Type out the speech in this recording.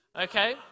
okay